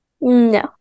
No